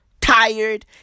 tired